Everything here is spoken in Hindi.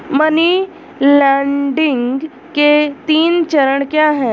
मनी लॉन्ड्रिंग के तीन चरण क्या हैं?